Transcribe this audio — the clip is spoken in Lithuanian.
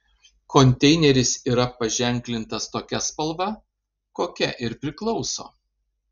konteineris yra paženklintas tokia spalva kokia ir priklauso